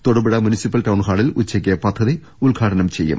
Thodupuzha municipal ടൌൺഹാളിൽ ഉച്ചയ്ക്ക് പദ്ധതി ഉദ്ഘാടനം ചെയ്യും